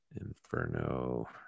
Inferno